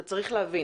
אתה צריך להבין,